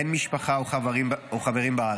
אין משפחה או חברים בארץ,